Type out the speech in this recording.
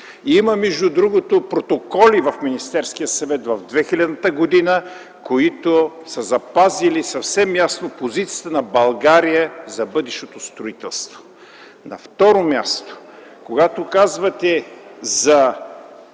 Има между другото протоколи в Министерския съвет от 2000 г., които са запазили съвсем ясно позицията на България за бъдещото строителство. На второ място, когато казвате за